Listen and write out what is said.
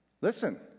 Listen